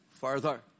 further